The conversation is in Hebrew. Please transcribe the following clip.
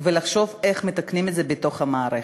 ולחשוב איך מתקנים את זה בתוך המערכת.